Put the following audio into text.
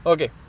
Okay